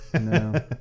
no